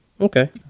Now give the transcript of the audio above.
Okay